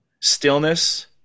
stillness